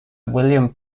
william